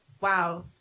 wow